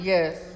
Yes